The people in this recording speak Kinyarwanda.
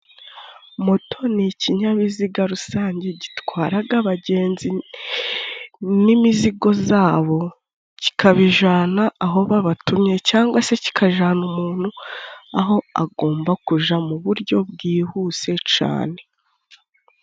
Moto ni ikinyabiziga rusange，gitwaraga abagenzi n'imizigo zabo， kikabijana aho babatumye cangwa se kikajana umuntu aho agomba kuja mu buryo bwihuse cane.